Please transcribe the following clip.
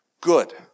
good